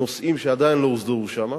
הנושאים שעדיין לא הוסדרו שם,